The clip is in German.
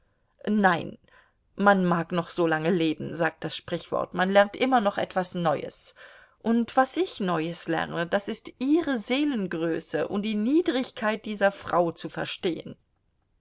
nein man mag noch solange leben sagt das sprichwort man lernt immer noch etwas neues und was ich neues lerne das ist ihre seelengröße und die niedrigkeit dieser frau zu verstehen